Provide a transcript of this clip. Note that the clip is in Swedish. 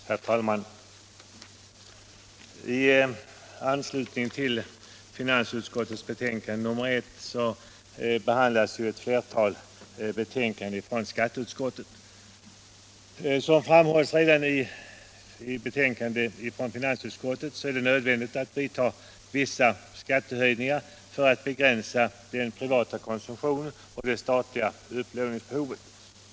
Herr talman! I anslutning till finansutskottets betänkande nr 1 behandlas ett flertal betänkanden från skatteutskottet. Som framhålls i betänkandet från finansutskottet är det nödvändigt att vidta vissa skattehöjningar för att begränsa den privata konsumtionen och det statliga upplåningsbehovet.